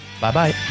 Bye-bye